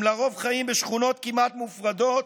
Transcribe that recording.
לרוב הם חיים בשכונות כמעט מופרדות